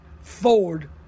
ford